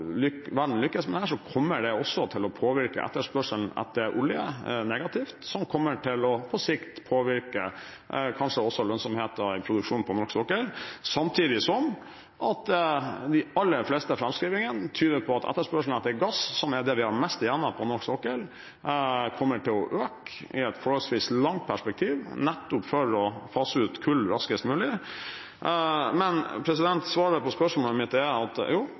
verden lykkes med dette, kommer det også til å påvirke etterspørselen etter olje negativt, noe som på sikt kanskje også kommer til å påvirke lønnsomheten i produksjonen på norsk sokkel – samtidig som de aller fleste framskrivingene tyder på at etterspørselen etter gass, som er det vi har mest igjen av på norsk sokkel, kommer til å øke i et forholdsvis langt perspektiv, nettopp for å fase ut kull raskest mulig. Svaret på spørsmålet er at jo,